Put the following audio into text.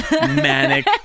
manic